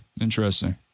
Interesting